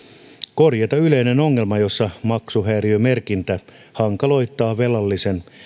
korjata yleinen ongelma jossa maksuhäiriömerkintä hankaloittaa velallisen